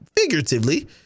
figuratively